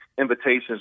invitations